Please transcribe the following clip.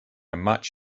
much